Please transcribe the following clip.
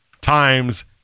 Times